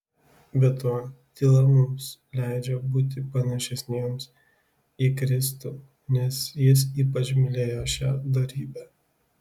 be to tyla mums leidžia būti panašesniems į kristų nes jis ypač mylėjo šią dorybę